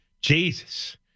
Jesus